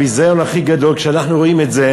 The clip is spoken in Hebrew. הביזיון הכי גדול הוא כשאנחנו רואים את זה,